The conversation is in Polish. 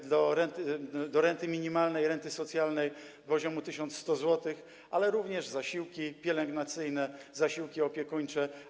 do renty minimalnej, renty socjalnej do poziomu 1100 zł, ale również zasiłki pielęgnacyjne, zasiłki opiekuńcze.